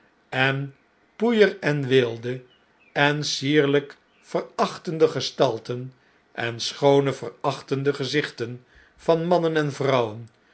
en poeier en weelde en sierlp verachtende gestalten en schoone verachtende gezichten van mannen en vrouwen